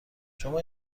شما